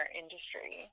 industry